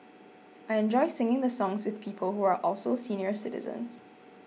I enjoy singing the songs with people who are also senior citizens